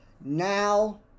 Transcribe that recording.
Now